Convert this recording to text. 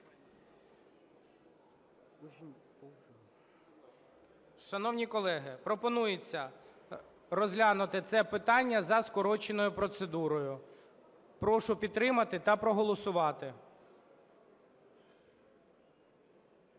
Шановні колеги, пропонується розглянути це питання за скороченою процедурою. Прошу підтримати та проголосувати.